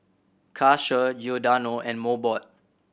Karcher Giordano and Mobot